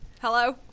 hello